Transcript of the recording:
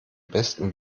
besten